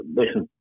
listen